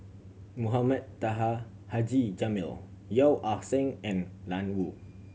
Mohamed Taha Haji Jamil Yeo Ah Seng and Ian Woo